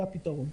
זה הפתרון.